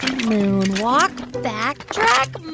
moonwalk, backtrack,